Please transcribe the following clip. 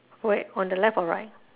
wait on the left or right